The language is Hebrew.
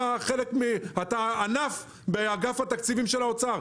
אתה ענף באגף התקציבים של האוצר".